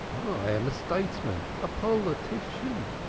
i am a stadesman, a politician.